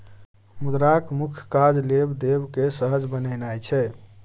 मुद्राक मुख्य काज लेब देब केँ सहज बनेनाइ छै